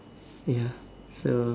ya so